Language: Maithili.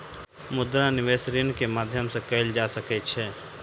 मुद्रा निवेश ऋण के माध्यम से कएल जा सकै छै